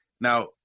Now